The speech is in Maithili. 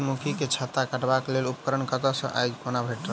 सूर्यमुखी केँ छत्ता काटबाक लेल उपकरण कतह सऽ आ कोना भेटत?